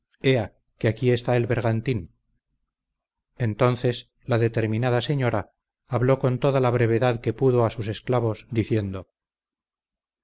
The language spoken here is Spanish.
ea que aquí está el bergantín entonces la determinada señora habló con toda la brevedad que pudo a sus esclavos diciendo